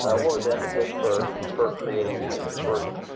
ah what was the impetus for for creating that group?